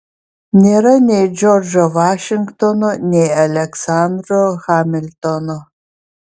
nėra nei džordžo vašingtono nei aleksandro hamiltono